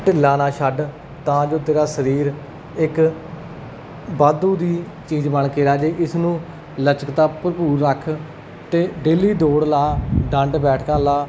ਢਿੱਲਾ ਨਾ ਛੱਡ ਤਾਂ ਜੋ ਤੇਰਾ ਸਰੀਰ ਇੱਕ ਵਾਧੂ ਦੀ ਚੀਜ਼ ਬਣ ਕੇ ਰਹਿ ਜਾਏ ਇਸਨੂੰ ਲਚਕਤਾ ਭਰਪੂਰ ਰੱਖ ਅਤੇ ਡੇਲੀ ਦੌੜ ਲਾ ਡੰਡ ਬੈਠਕਾ ਲਾ